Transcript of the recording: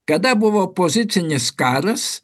kada buvo pozicinis karas